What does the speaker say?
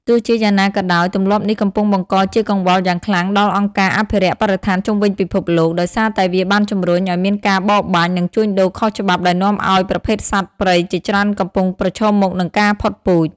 ទោះជាយ៉ាងណាក៏ដោយ ទម្លាប់នេះកំពុងបង្កជាកង្វល់យ៉ាងខ្លាំងដល់អង្គការអភិរក្សបរិស្ថានជុំវិញពិភពលោក ដោយសារតែវាបានជំរុញឱ្យមានការបរបាញ់ និងជួញដូរខុសច្បាប់ ដែលនាំឱ្យប្រភេទសត្វព្រៃជាច្រើនកំពុងប្រឈមមុខនឹងការផុតពូជ។